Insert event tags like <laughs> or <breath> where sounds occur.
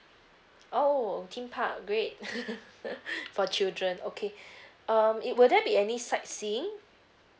oh theme park great <laughs> for children okay <breath> um it will there be any sightseeing